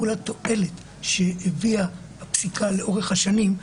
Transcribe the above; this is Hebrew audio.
מול התועלת שהביאה הפסיקה לאורך השנים,